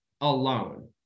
alone